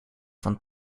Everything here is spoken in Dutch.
van